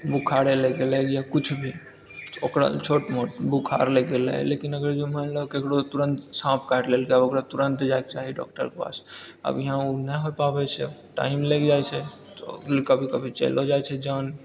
बुखारे लागि गेलै या किछु भी ओकरा छोट मोट बुखार लागि गेलै लेकिन अगर जो मानि लिअ केकरो तुरंत साँप काटि लेलकै ओकरा तुरंत जाइके चाही डॉक्टरके पास अब यहाँ ओ नहि हो पाबैत छै टाइम लागि जाइत छै कभी कभी चलिओ जाइत छै जान